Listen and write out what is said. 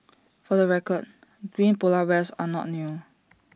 for the record green Polar Bears are not new